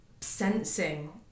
sensing